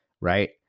right